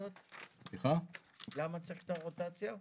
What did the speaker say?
למה צריך את הרוטציה?